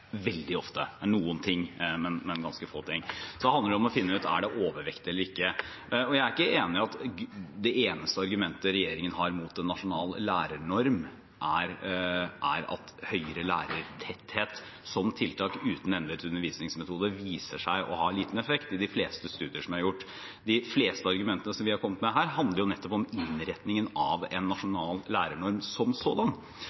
om det er overvekt eller ikke. Jeg er ikke enig i at det eneste argumentet regjeringen har mot en nasjonal lærernorm, er at høyere lærertetthet som tiltak uten endrede undervisningsmetoder viser seg å ha liten effekt i de fleste studier som er gjort. De fleste argumentene vi har kommet med her, handler jo nettopp om innretningen av en